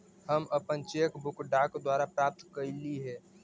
हम अपन cheque book डाक द्वारा प्राप्त कईली हे